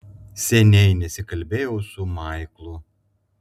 seniai nesikalbėjau su maiklu